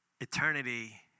eternity